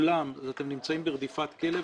אתם נמצאים ברדיפת כלב,